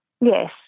Yes